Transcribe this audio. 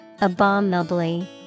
abominably